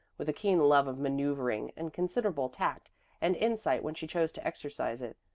with a keen love of manoeuvring and considerable tact and insight when she chose to exercise it.